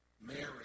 Mary